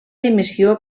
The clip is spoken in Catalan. dimissió